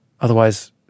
Otherwise